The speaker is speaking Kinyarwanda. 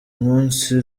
munsi